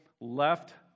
left